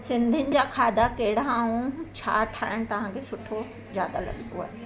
सिंधीयुनि जा खाधा कहिड़ा ऐं छा ठाहिणु तव्हांखे सुठो ज़्यादाह लॻंदो आहे